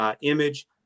image